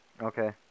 Okay